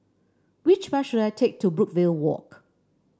which bus should I take to Brookvale Walk